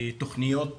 בתוכניות